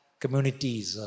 communities